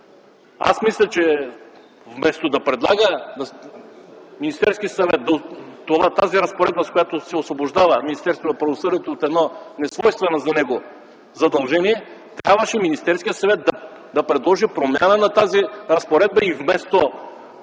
Аз мисля, че вместо Министерският съвет да предлага тази разпоредба, с която се освобождава Министерството на правосъдието от едно несвойствено за него задължение, Министерският съвет трябваше да предложи промяна на тази разпоредба и вместо